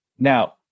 Now